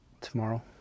tomorrow